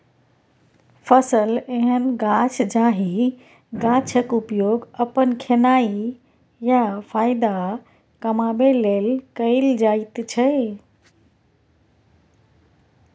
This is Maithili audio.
फसल एहन गाछ जाहि गाछक उपयोग अपन खेनाइ या फाएदा कमाबै लेल कएल जाइत छै